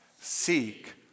seek